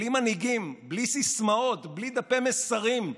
בלי מנהיגים, בלי סיסמאות, בלי דפי מסרים.